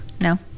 No